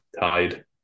tied